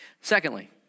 Secondly